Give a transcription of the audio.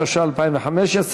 התשע"ה 2015,